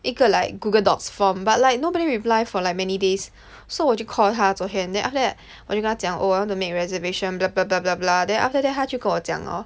一个 like google docs form but like nobody reply for like many days so 我就 call 他昨天 then after that 我就跟他讲 oh I want to make a reservation bla bla bla bla bla then after that 他就跟我讲 hor